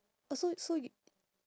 oh so so you